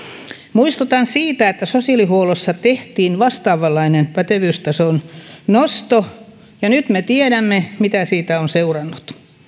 muistutan siitä että sosiaalihuollossa tehtiin vastaavanlainen pätevyystason nosto ja nyt me tiedämme mitä siitä on seurannut